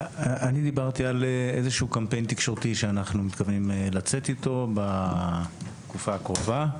אני דיברתי על קמפיין תקשורתי שאנחנו מתכוונים לצאת איתו בתקופה הקרובה,